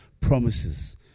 promises